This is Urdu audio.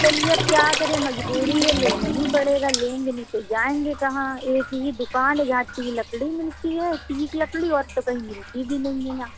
چلیے اب کیا کریں مجبوری ہے لینا ہی پڑے گا لیں گے نہیں تو جائیں گے کہاں ایک ہی دُکان ہے جہاں اچھی لکڑی ملتی ہے ٹیک لکڑی اور تو کہیں ملتی بھی نہیں یہاں